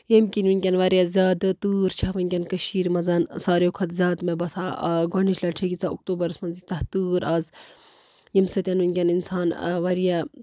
ییٚمۍ کِنۍ وٕنۍکٮ۪ن واریاہ زیادٕ تۭر چھےٚ وٕنۍکٮ۪ن کٔشیٖرِ منٛز ساروِیو کھۄتہٕ زیادٕ مےٚ باسان گۄڈٕنِچ لَٹہِ چھےٚ ییٖژاہ اوٚکتورَبَس منٛز ییٖژاہ تۭر آز ییٚمۍ سۭتۍ وٕنۍکٮ۪ن اِنسان واریاہ